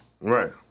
Right